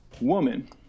woman